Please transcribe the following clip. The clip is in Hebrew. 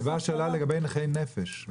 נציגת הנציבות שאלה לגבי נכי נפש.